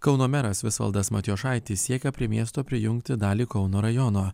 kauno meras visvaldas matijošaitis siekia prie miesto prijungti dalį kauno rajono